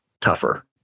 tougher